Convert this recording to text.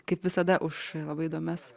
kaip visada už labai įdomias